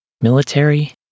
military